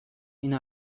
این